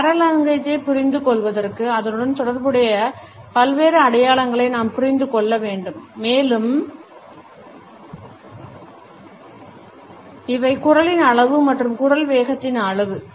நாம் paralanguage ஐ புரிந்து கொள்வதற்கு அதனுடன் தொடர்புடைய பல்வேறு அடையாளங்களை நாம் புரிந்து கொள்ள வேண்டும் மேலும் இவை குரலின் அளவு மற்றும் குரல் வேகத்தின் அளவு